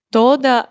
toda